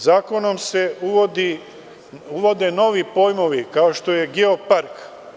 Zakonom se uvode novi pojmovi kao što je geopark.